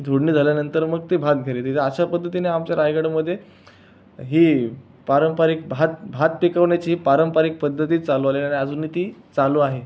झोडणी झाल्यानंतर मग ते भात घरी अशा पद्धतीने आमच्या रायगडमध्ये ही पारंपारिक भात भात पिकवण्याची ही पारंपरिक पद्धती चालवली आणि ती अजूनही ती चालू आहे